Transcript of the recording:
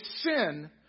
sin